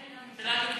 לכן הממשלה נגדה.